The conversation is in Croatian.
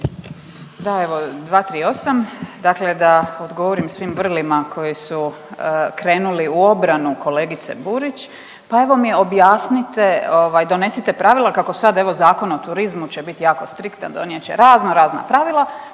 Da evo 238. Dakle da odgovorim svim vrlima koji su krenuli u obranu kolegice Burić, pa evo mi objasnite, donesite pravila kako sad evo Zakon o turizmu će bit jako striktan, donijet će razno razna pravila,